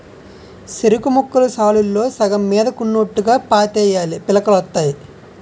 సెరుకుముక్కలు సాలుల్లో సగం మీదకున్నోట్టుగా పాతేయాలీ పిలకలొత్తాయి